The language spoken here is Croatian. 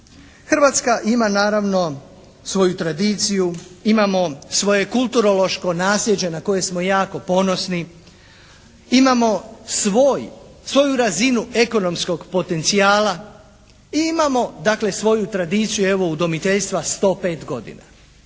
Hrvatska ima naravno svoju tradiciju, imamo svoje kulturološko naslijeđe na koje smo jako ponosni. Imamo svoju razinu ekonomskog potencijala i imamo dakle svoju tradiciju evo udomiteljstva 105 godina.